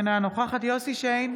אינה נוכחת יוסף שיין,